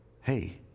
hey